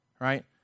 right